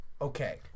Okay